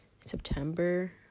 September